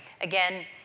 Again